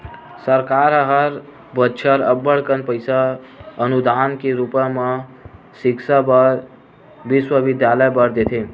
सरकार ह हर बछर अब्बड़ कन पइसा अनुदान के रुप म सिक्छा बर बिस्वबिद्यालय ल देथे